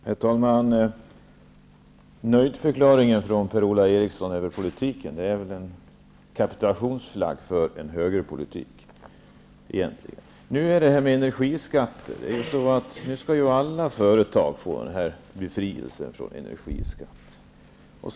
Herr talman! Nöjdförklaringen från Per-Ola Eriksson över politiken är väl en kapitulationsflagg för en högerpolitik. Nu skall alla företag bli befriade från energiskatt.